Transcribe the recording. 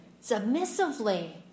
submissively